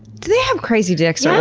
do they have crazy dicks, or